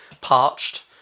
parched